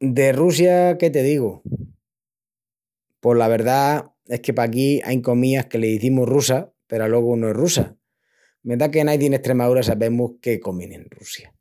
De Russia que te digu? Pos la verdá es que paquí ain comías que l'izimus russa peru alogu no es russa. Me da que naidi en Estremaúra sabemus qué comin en Russia.